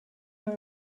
her